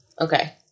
Okay